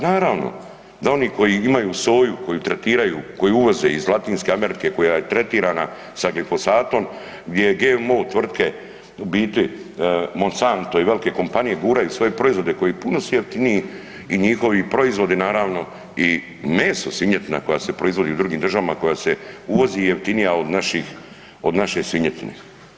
Naravno da oni koji imaju soju, koju tretiraju, koju uvoze iz Latinske Amerike koja je tretirana sa glifosatom, gdje GMO tvrtke u biti Monsanto i velike kompanije guraju svoje proizvode koji puno su jeftiniji i njihovi proizvodi naravno i meso, svinjetina koja se proizvodi u drugim državama, koja se uvozi je jeftinija od naše svinjetine.